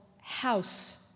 house